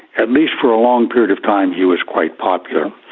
at least for a long period of time he was quite popular.